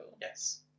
Yes